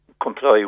comply